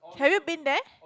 have you been there